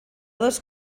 dos